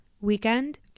weekend